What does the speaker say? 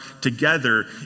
together